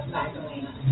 Magdalena